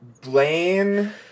Blaine